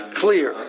clear